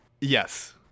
Yes